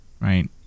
right